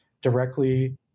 directly